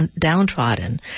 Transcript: downtrodden